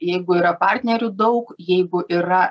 jeigu yra partnerių daug jeigu yra